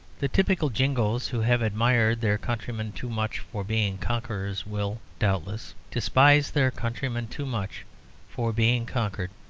the typical jingoes who have admired their countrymen too much for being conquerors will, doubtless, despise their countrymen too much for being conquered.